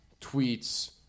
tweets